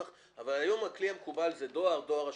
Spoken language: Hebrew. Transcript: היום הכלי המקובל הוא דואר, דואר רשום.